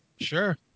Sure